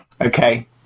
Okay